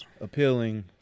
appealing